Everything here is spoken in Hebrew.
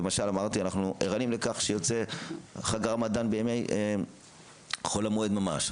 אמרתי למשל שאנחנו ערים לכך שיוצא חג הרמדאן בימי חול המועד ממש.